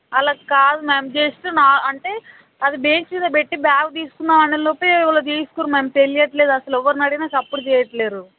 అలా కాదు ma'am just నా అంటే అది బెంచ్ మీద పెట్టి బ్యాగు తీసుకుందాం అనే లోపు ఎవరో తీసుకుర్రు మ్యామ్ తెలియట్లేదు అసలు ఎవరిని అడిగినా చప్పుడు చేయట్లేరు